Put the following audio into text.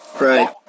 Right